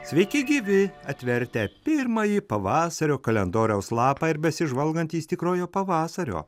sveiki gyvi atvertę pirmąjį pavasario kalendoriaus lapą ir besižvalgantys tikrojo pavasario